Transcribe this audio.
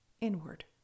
inward